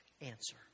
answer